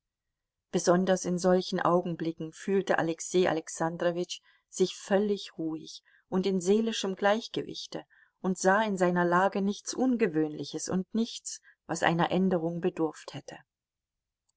besonders in solchen augenblicken fühlte alexei alexandrowitsch sich völlig ruhig und in seelischem gleichgewichte und sah in seiner lage nichts ungewöhnliches und nichts was einer änderung bedurft hätte